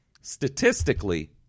statistically